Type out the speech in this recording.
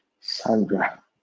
Sandra